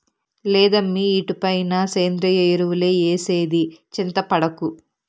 లేదమ్మీ ఇటుపైన సేంద్రియ ఎరువులే ఏసేది చింతపడకు